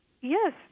Yes